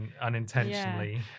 unintentionally